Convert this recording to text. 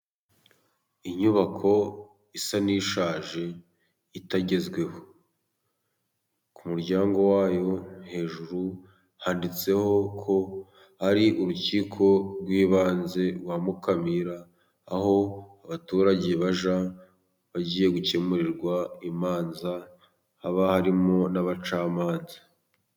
Inyubako isa n'ishaje itagezweho. Ku muryango wayo hejuru handitseho ko ari urukiko rw'ibanze rwa Mukamira, aho abaturage bajya bagiye gukemurirwa imanza, haba harimo n'abacamanza.